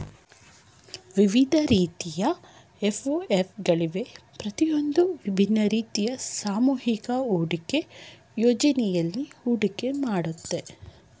ವಿವಿಧ ರೀತಿಯ ಎಫ್.ಒ.ಎಫ್ ಗಳಿವೆ ಪ್ರತಿಯೊಂದೂ ವಿಭಿನ್ನ ರೀತಿಯ ಸಾಮೂಹಿಕ ಹೂಡಿಕೆ ಯೋಜ್ನೆಯಲ್ಲಿ ಹೂಡಿಕೆ ಮಾಡುತ್ತೆ